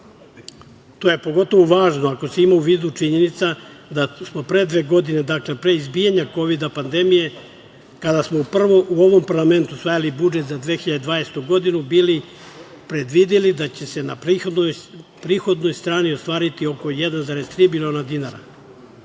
To je pogotovu važno ako se ima u vidu činjenica da smo pre dve godine, dakle pre izbijanja kovida pandemije, kada smo prvo u ovom parlamentu usvajali budžet za 2020. godinu bili predvideli da će se na prihodnoj strani ostvariti oko 1,3 miliona dinara.